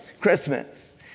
Christmas